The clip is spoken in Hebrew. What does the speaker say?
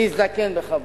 להזדקן בכבוד.